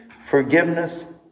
forgiveness